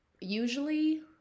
usually